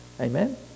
Amen